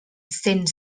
cent